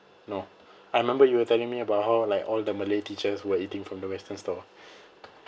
no I remember you were telling me about how like all the malay teachers were eating from the western stall